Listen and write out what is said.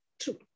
true